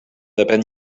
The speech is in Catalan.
depén